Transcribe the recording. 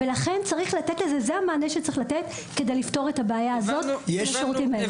זה המענה שצריך לתת כדי לפתור את הבעיה הזאת של השירותים האלה.